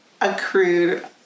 accrued